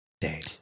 Day